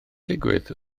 digwydd